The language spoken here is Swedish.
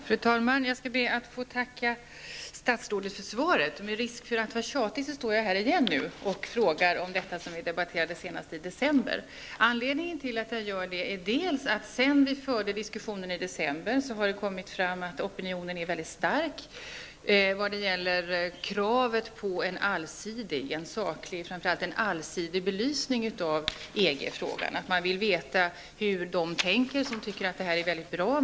Fru talman! Jag skall be att få tacka statsrådet för svaret. Med risk för att vara tjatig står jag här igen och frågar om det som vi debatterade senast i december. Anledningen till att jag gör det är att sedan vi förde diskussionen i december har det kommit fram att opinionen är väldigt stark när det gäller kravet på en saklig och framför allt allsidig belysning av EG-frågan. Man vill veta hur de tänker som tycker att det är väldigt bra.